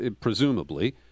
presumably